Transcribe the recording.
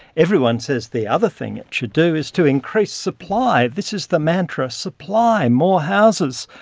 everyone says the other thing it should do is to increase supply. this is the mantra supply more houses.